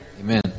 Amen